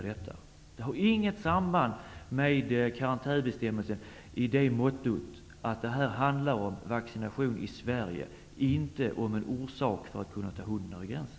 Det har inget samband med karantänbestämmelserna, i så måtto att det här handlar om vaccination i Sverige och inte som en åtgärd för att kunna föra hundar över gränsen.